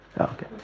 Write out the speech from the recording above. okay